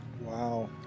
Wow